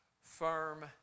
Firm